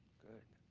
good.